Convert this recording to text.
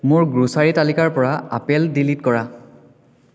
মোৰ গ্ৰ'চাৰী তালিকাৰ পৰা আপেল ডিলিট কৰা